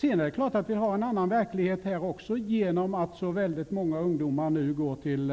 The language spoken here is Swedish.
Sedan är klart att vi har en annan verklighet också på grund av att så många ungdomar numera går till